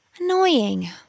Annoying